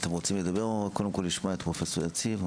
אתם רוצים לדבר או קודם לשמוע את פרופ' יציב?